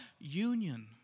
Union